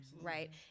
right